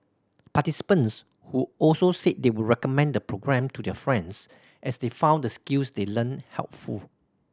participants who also said they would recommend the programme to their friends as they found the skills they learnt helpful